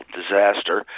disaster